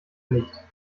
nicht